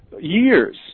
years